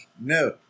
No